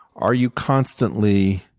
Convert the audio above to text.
are you constantly